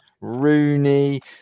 Rooney